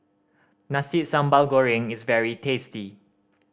Nasi Sambal Goreng is very tasty